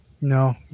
No